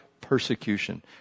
persecution